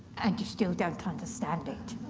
and you still don't understand it.